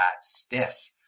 stiff